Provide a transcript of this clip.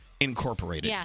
Incorporated